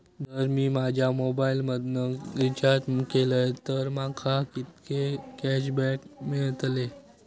जर मी माझ्या मोबाईल मधन रिचार्ज केलय तर माका कितके कॅशबॅक मेळतले?